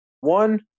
One